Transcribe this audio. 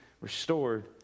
restored